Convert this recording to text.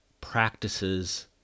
practices